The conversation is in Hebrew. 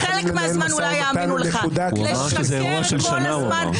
בחלק מהזמן אולי יאמינו לך אבל לשקר כל הזמן,